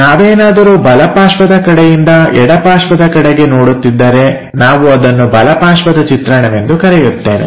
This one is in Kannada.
ನಾವೇನಾದರೂ ಬಲ ಪಾರ್ಶ್ವದ ಕಡೆಯಿಂದ ಎಡಪಾರ್ಶ್ವದ ಕಡೆಗೆ ನೋಡುತ್ತಿದ್ದರೆ ನಾವು ಅದನ್ನು ಬಲ ಪಾರ್ಶ್ವದ ಚಿತ್ರಣವೆಂದು ಕರೆಯುತ್ತೇವೆ